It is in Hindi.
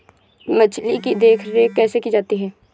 मछली की देखरेख कैसे की जाती है?